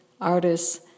artists